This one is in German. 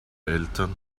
eltern